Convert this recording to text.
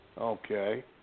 Okay